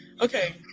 Okay